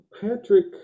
Patrick